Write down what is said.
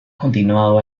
continuado